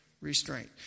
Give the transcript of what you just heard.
restraint